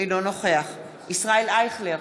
אינו נוכח ישראל אייכלר,